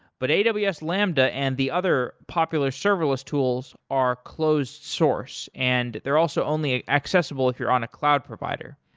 but and but aws lambda and the other popular serverless tools are closed-source and they're also only ah accessible if you're on a cloud provider.